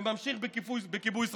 וממשיך בכיבוי שרפות,